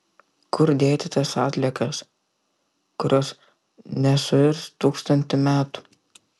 kur dėti tas atliekas kurios nesuirs tūkstantį metų